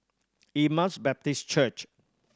Emmaus Baptist Church